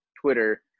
Twitter